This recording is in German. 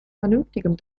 vernünftigem